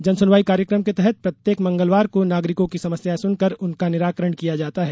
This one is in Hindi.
जन सुनवाई कार्यक्रम के तहत प्रत्येक मंगलवार को नागरिकों की समस्याएं सुनकर उनका निराकरण किया जाता है